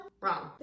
Wrong